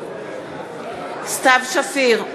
סתיו שפיר,